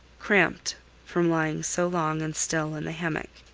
cramped from lying so long and still in the hammock.